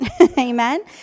Amen